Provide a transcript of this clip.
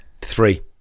Three